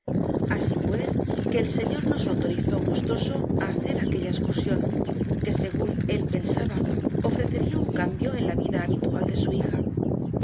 así pues que el señor nos autorizó gustoso a hacer aquella excursión que según él pensaba ofrecería un cambio en la vida habitual de su hija